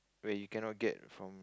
where you cannot get from